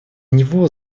него